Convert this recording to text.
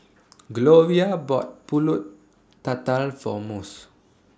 Gloria bought Pulut Tatal For Mose